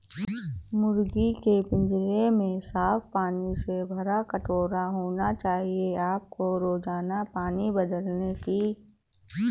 मुर्गी के पिंजरे में साफ पानी से भरा कटोरा होना चाहिए आपको रोजाना पानी बदलने की जरूरत है